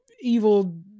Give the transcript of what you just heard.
evil